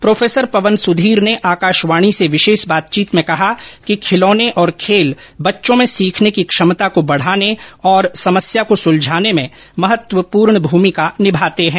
professor Pawan Sudhir ने आकाशवाणी से विशेष बातचीत में कहा कि खिलौने और खेल बच्चों में सीखने की क्षमता को बढाने और समस्या को सुलझाने में महत्वपूर्ण भूमिका निभाते हैं